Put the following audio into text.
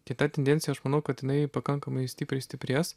kita tendencija aš manau kad jinai pakankamai stipriai stiprės